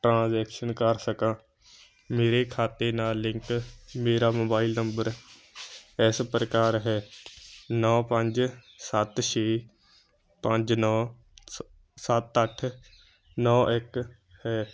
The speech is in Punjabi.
ਟਰਾਂਜੈਕਸ਼ਨ ਕਰ ਸਕਾਂ ਮੇਰੇ ਖਾਤੇ ਨਾਲ ਲਿੰਕ ਮੇਰਾ ਮੋਬਾਈਲ ਨੰਬਰ ਇਸ ਪ੍ਰਕਾਰ ਹੈ ਨੌ ਪੰਜ ਸੱਤ ਛੇ ਪੰਜ ਨੌ ਸੱਤ ਅੱਠ ਨੌ ਇੱਕ ਹੈ